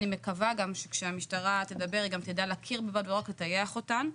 אני מקווה גם שכשהמשטרה תדבר היא תדע להכיר בהם ולא רק לטייח אותם.